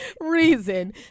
reason